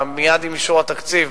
מייד עם אישור התקציב,